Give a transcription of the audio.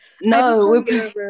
no